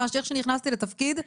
ממש איך שנכנסתי לתפקיד.